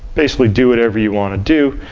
basically, do whatever you want to do.